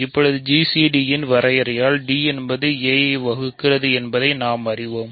இப்போது gcd இன் வரையறையால் d என்பது a ஐ வகுக்கிறது என்பதை நாம் அறிவோம்